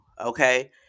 okay